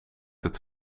het